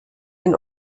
den